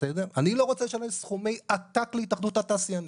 אני לא רוצה לשלם סכומי עתק להתאחדות התעשיינים,